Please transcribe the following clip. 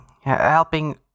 helping